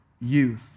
youth